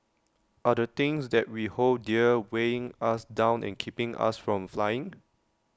are the things that we hold dear weighing us down and keeping us from flying